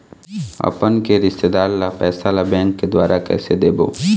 अपन के रिश्तेदार ला पैसा ला बैंक के द्वारा कैसे देबो?